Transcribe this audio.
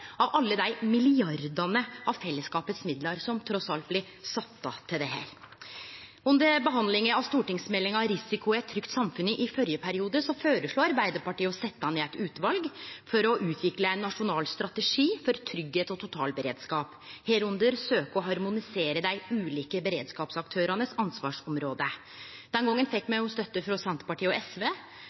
av alle dei milliardane av fellesskapets midlar som trass alt blir sett av til dette. Under behandlinga av stortingsmeldinga Risiko i et trygt samfunn – Samfunnssikkerhet i førre periode føreslo Arbeidarpartiet å setje ned eit utval for å utvikle ein nasjonal strategi for tryggleik og totalberedskap, under dette å søkje å harmonisere dei ulike beredskapsaktøranes ansvarsområde. Den gongen fekk me støtte frå Senterpartiet og SV,